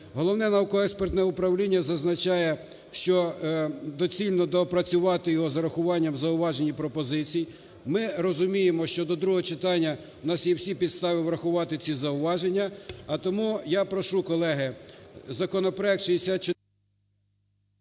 Головне науково-експертне управління зазначає, що доцільно доопрацювати його з урахуванням зауважень і пропозицію. Ми розуміємо, що до другого читання в нас є всі підстави врахувати ці зауваження.